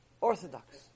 Orthodox